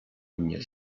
mnie